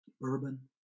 bourbon